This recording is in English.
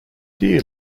dear